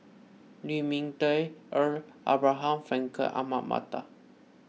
Lu Ming Teh Earl Abraham Frankel Ahmad Mattar